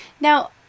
Now